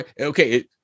okay